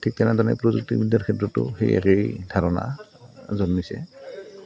ঠিক তেনেদৰে প্ৰযুক্তিবিদ্যাৰ ক্ষেত্ৰতো সেই একেই ধাৰণা জন্মিছে